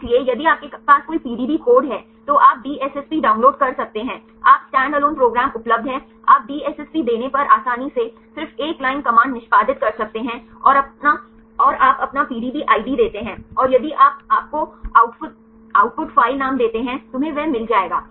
इसलिए यदि आपके पास कोई पीडीबी कोड है तो आप डीएसएसपी डाउनलोड कर सकते हैं आप स्टैंडअलोन प्रोग्राम उपलब्ध हैं आप डीएसएसपी देने पर आसानी से सिर्फ एक लाइन कमांड निष्पादित कर सकते हैं और आप अपना पीडीबी आईडी देते हैं और यदि आप आपको आउटपुट फाइल नाम देते हैं तुम्हें वह मिल जाएगा